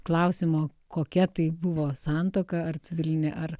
klausimo kokia tai buvo santuoka ar civilinė ar